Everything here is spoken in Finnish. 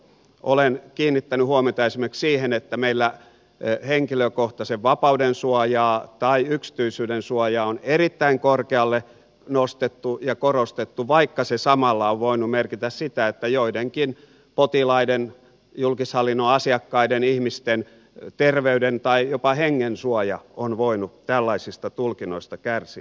olen kiinnittänyt huomiota esimerkiksi siihen että meillä henkilökohtaisen vapauden suoja tai yksityisyyden suoja on erittäin korkealle nostettu ja sitä on korostettu vaikka se samalla on voinut merkitä sitä että joidenkin potilaiden julkishallinnon asiakkaiden ihmisten terveyden tai jopa hengen suoja on voinut tällaisista tulkinnoista kärsiä